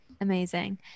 amazing